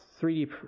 3d